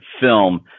film